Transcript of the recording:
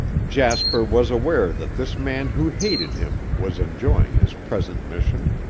jasper was aware that this man who hated him was enjoying his present mission.